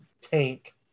tank